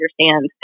understand